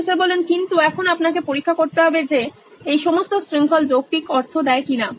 professor কিন্তু এখন আপনাকে পরীক্ষা করতে হবে যে এই সমস্ত শৃঙ্খল যৌক্তিক অর্থ দেয় কিনা